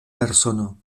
persono